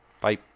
Bye